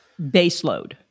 Baseload